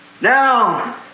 Now